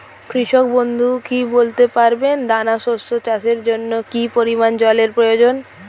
কৃষক বন্ধু কি বলতে পারবেন দানা শস্য চাষের জন্য কি পরিমান জলের প্রয়োজন?